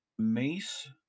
mace